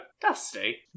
Dusty